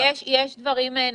יש דברים נוספים.